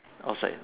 outside